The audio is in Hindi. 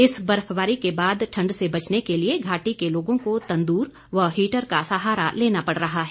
इस बर्फबारी के बाद ठंड से बचने के लिए घाटी के लोगों को तंदूर व हीटर का सहारा लेना पड़ रहा है